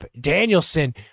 Danielson